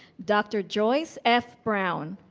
dr. joyce f. brown.